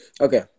Okay